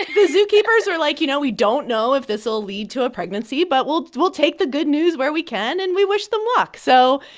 the zookeepers were, like, you know, we don't know if this will lead to a pregnancy, but we'll take the good news where we can, and we wish them luck. so,